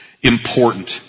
important